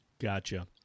Gotcha